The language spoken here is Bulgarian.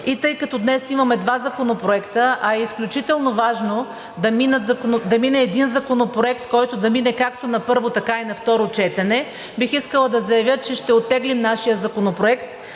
и тъй като днес имаме два законопроекта, а е изключително важно да мине един законопроект, който да мине както на първо, така и на второ четене, бих искала да заявя, че ще оттеглим нашия законопроект,